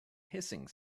hissing